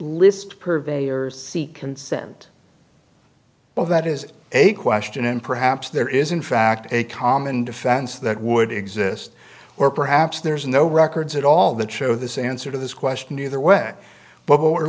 list purveyors seek consent well that is a question and perhaps there is in fact a common defense that would exist or perhaps there's no records at all that show this answer to this question either way but what we're